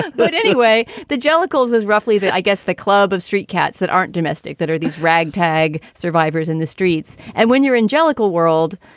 but anyway, the jellicoe is is roughly that i guess the club of street cats that aren't domestic that are these ragtag survivors in the streets. and when you're in jellicoe world,